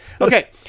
okay